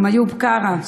וגם איוב קרא.